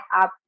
up